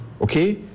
Okay